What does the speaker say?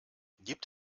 gibt